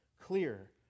clear